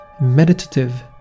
meditative